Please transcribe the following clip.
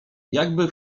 jakby